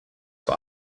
vor